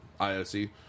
IOC